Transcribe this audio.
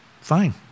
Fine